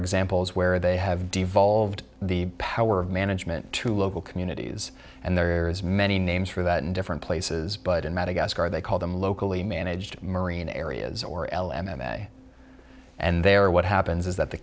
examples where they have deep volved the power of management to local communities and there's many names for that in different places but in madagascar they call them locally managed marine areas or l m m a and they are what happens is that the